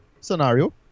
scenario